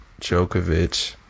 Djokovic